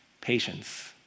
patience